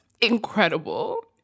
incredible